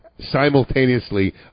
simultaneously